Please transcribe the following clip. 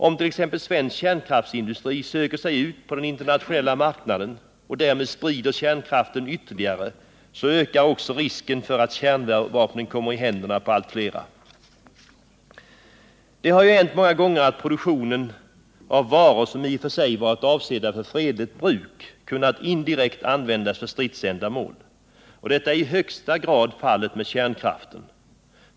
Om t.ex. svensk kärnkraftsindustri söker sig ut på den internationella marknaden och därmed sprider kärnkraften ytterligare så ökar också risken för att kärnvapnen kommer i händerna på allt flera. Det har hänt många gånger att produktionen av varor som i och för sig varit avsedda för fredligt bruk indirekt kunnat användas för stridsändamål. Detta är i högsta grad fallet med kärnkraften.